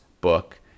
book